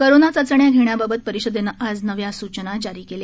corona चाचण्या घेण्याबाबत परिषदेनं आज नव्या सुचना जारी केल्या